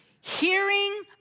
hearing